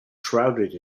shrouded